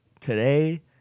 today